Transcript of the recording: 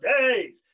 days